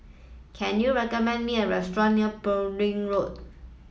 can you recommend me a restaurant near Road